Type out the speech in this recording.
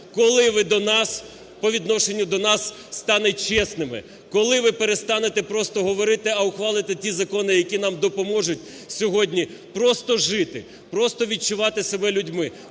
коли ви по відношенню до нас станете чесними. Коли ви перестанете просто говорити, а ухвалите ті закони, які нам допоможуть сьогодні просто жити, просто відчувати себе людьми?